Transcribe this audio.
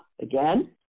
again